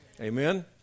Amen